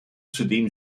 zudem